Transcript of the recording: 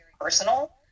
personal